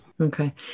Okay